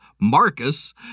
Marcus